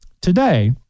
Today